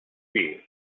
sea